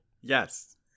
Yes